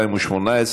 התשע"ח 2018,